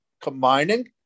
Combining